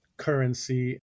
currency